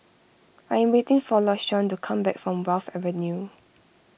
I am waiting for Lashawn to come back from Wharf Avenue